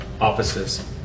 offices